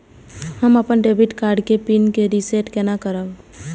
हम अपन debit card के पिन के रीसेट केना करब?